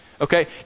Okay